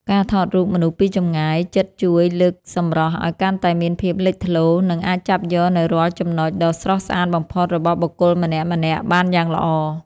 ការថតរូបមនុស្សពីចម្ងាយជិតជួយលើកសម្រស់ឱ្យកាន់តែមានភាពលេចធ្លោ និង អាចចាប់យកនូវរាល់ចំណុចដ៏ស្រស់ស្អាតបំផុតរបស់បុគ្គលម្នាក់ៗបានយ៉ាងល្អ។